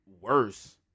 worse